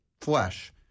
flesh